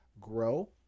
grow